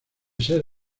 ser